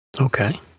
Okay